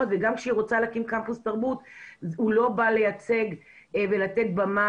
וגם כשהיא רוצה להקים פה קמפוס תרבות הוא לא לייצג ולתת במה